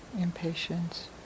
impatience